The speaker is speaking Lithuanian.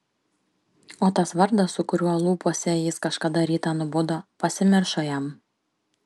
o tas vardas su kuriuo lūpose jis kažkada rytą nubudo pasimiršo jam